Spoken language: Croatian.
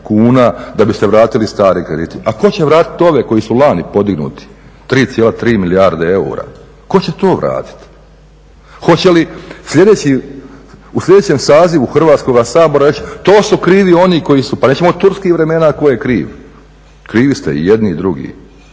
da bi se vratili stari krediti. A tko će vratiti ove koji su lani podignuti? 3,3 milijarde eura, tko će to vratiti? Hoće li u sljedećem sazivu Hrvatskoga sabora reći to su krivi oni koji su, pa nećemo od turskih vremena tko je kriv. Krivi ste i jedni i drugi